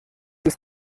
ist